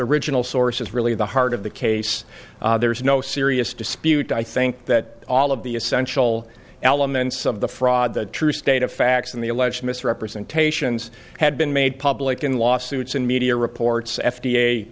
original source is really the heart of the case there is no serious dispute i think that all of the essential elements of the fraud the true state of facts and the alleged misrepresentations had been made public in lawsuits and media reports f